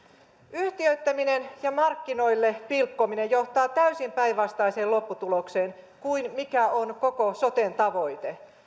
yhtiöittäminen ja markkinoille pilkkominen johtaa täysin päinvastaiseen lopputulokseen kuin mikä on koko soten tavoite